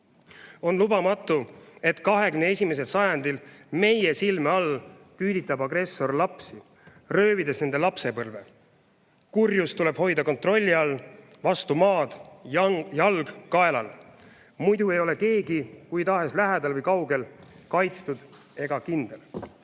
On lubamatu, et 21. sajandil meie silme all küüditab agressor lapsi, röövides neilt lapsepõlve. Kurjus tuleb hoida kontrolli all, vastu maad, jalg kaelal. Muidu ei ole keegi – kui tahes lähedal või kaugel – kaitstud ega kindel.